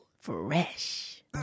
fresh